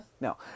No